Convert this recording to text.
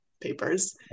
papers